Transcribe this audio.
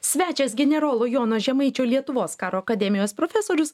svečias generolo jono žemaičio lietuvos karo akademijos profesorius